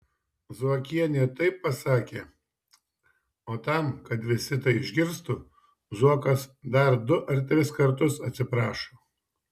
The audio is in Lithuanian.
zuokienė taip pasako o tam kad visi tai išgirstų zuokas dar du ar tris kartus atsiprašo